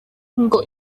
ngo